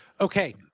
Okay